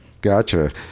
gotcha